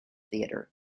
theatre